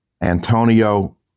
antonio